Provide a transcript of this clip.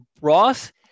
Ross